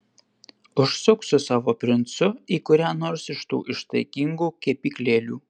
užsuk su savo princu į kurią nors iš tų ištaigingų kepyklėlių